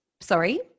Sorry